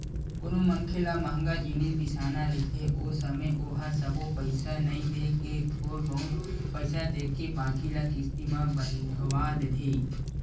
कोनो मनखे ल मंहगा जिनिस बिसाना रहिथे ओ समे ओहा सबो पइसा नइ देय के थोर बहुत पइसा देथे बाकी ल किस्ती म बंधवा देथे